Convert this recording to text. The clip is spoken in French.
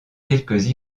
quelques